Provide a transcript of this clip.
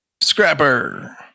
Scrapper